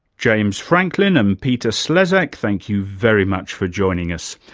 james franklin and peter slezak, thank you very much for joining us.